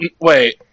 Wait